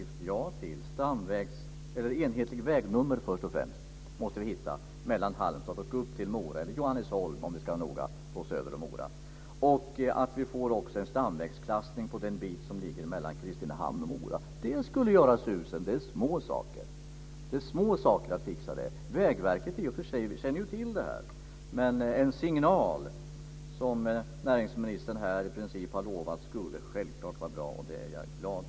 Det gäller först och främst enhetliga vägnummer. Det måste vi hitta mellan Halmstad och Mora - eller Johannesholm söder om Mora, om vi ska vara noga. Det är också viktigt att vi får en stamvägsklassning på den bit som ligger mellan Kristinehamn och Mora. Det skulle göra susen! Detta är små saker, som går lätt att fixa. Vägverket känner till detta, men en signal - vilket näringsministern i princip har lovat här - skulle självfallet vara bra.